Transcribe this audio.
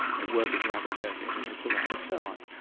they work it around very carefully and then they pull out the termites.